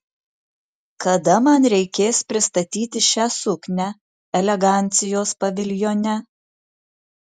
kada man reikės pristatyti šią suknią elegancijos paviljone